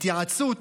התייעצות